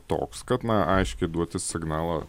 toks kad na aiškiai duoti signalą